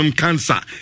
cancer